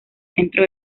centro